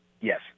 Yes